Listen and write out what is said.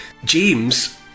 James